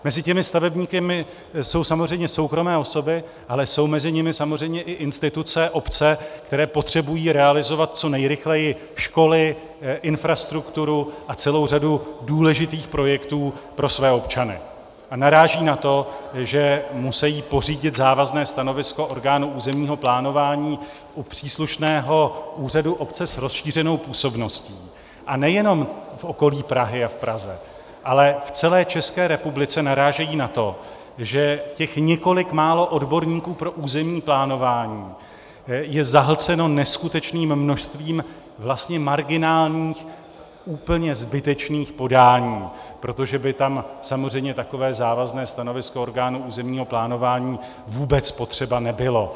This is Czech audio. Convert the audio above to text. Mezi těmi stavebníky jsou samozřejmě soukromé osoby, ale jsou mezi nimi samozřejmě i instituce, obce, které potřebují realizovat co nejrychleji školy, infrastrukturu a celou řadu důležitých projektů pro své občany, a narážejí na to, že musejí pořídit závazné stanovisko orgánu územního plánování u příslušného úřadu obce s rozšířenou působností, a nejenom v okolí Prahy a v Praze, ale v celé ČR narážejí na to, že těch několik málo odborníků pro územní plánování je zahlceno neskutečným množstvím vlastně marginálních, úplně zbytečných podání, protože by tam samozřejmě takové závazné stanovisko orgánu územního plánování vůbec potřeba nebylo.